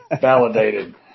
Validated